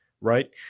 right